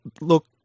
look